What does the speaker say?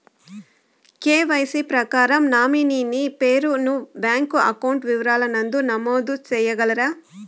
KYC ప్రకారం nominee పేరు ను బ్యాంకు అకౌంట్ వివరాల నందు నమోదు సేయగలరా?